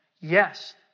yes